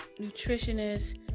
nutritionists